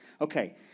Okay